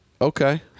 Okay